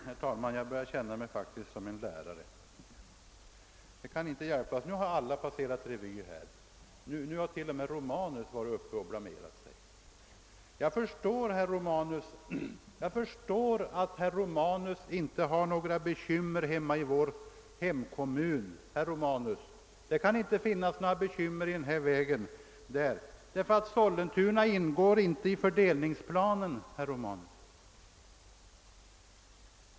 Herr talman! Jag börjar faktiskt känna mig som en lärare, det kan inte hjälpas. Nu har alla passerat revy här. Nu har t.o.m. herr Romanus varit uppe och blamerat sig. Jag förstår att herr Romanus inte har några bekymmer i vår hemkommun. Herr Romanus, det kan inte finns bekymmer i den här vägen där, ty Sollentuna ingår inte i fördelningsplanen.